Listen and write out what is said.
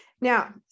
Now